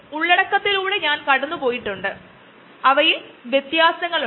ഉത്തരം ചില ബയോപ്രോസസ്സ് ഉപയോഗിച്ച് എന്നതാണ്